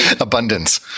Abundance